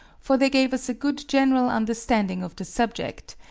for they gave us a good general understanding of the subject,